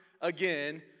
again